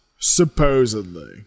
supposedly